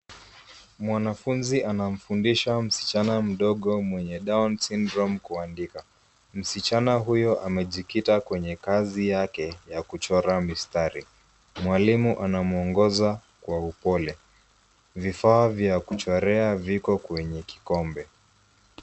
Mwanafunzi anamfundisha msichana mdogo mwenye down syndrome kuandika. Msichana huyo amejikita kwenye kazi yake ya kuchora mistari. Mwalimu anamuongoza kwa upole. Vifaa vya kuchorea viko kwenye kikombe.